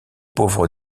pauvres